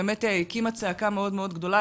הקימה צעקה מאוד מאוד גדולה,